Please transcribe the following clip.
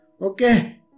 Okay